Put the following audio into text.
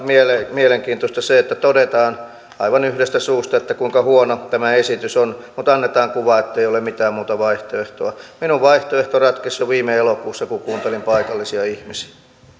mielenkiintoista se että todetaan aivan yhdestä suusta kuinka huono tämä esitys on mutta annetaan kuva ettei ole mitään muuta vaihtoehtoa minun vaihtoehtoni ratkesi jo viime elokuussa kun kuuntelin paikallisia ihmisiä